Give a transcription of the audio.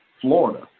Florida